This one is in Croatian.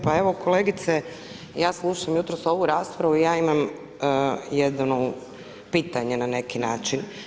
Pa evo kolegice, ja slušam jutros ovu raspravu i ja imam jedno pitanje na neki način.